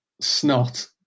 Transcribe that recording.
Snot